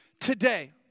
today